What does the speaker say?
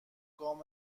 گام